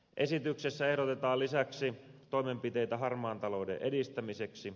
esityksessä ehdotetaan lisäksi toimenpiteitä harmaan talouden estämiseksi